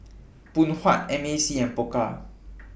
Phoon Huat M A C and Pokka